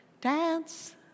Dance